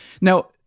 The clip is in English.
Now